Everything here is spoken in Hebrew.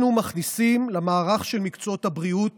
אנחנו מכניסים למערך של מקצועות הבריאות